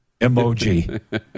emoji